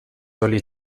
oli